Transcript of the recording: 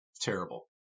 Terrible